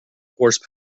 horse